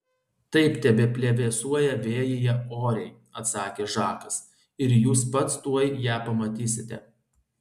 taip tebeplevėsuoja vėjyje oriai atsakė žakas ir jūs pats tuoj ją pamatysite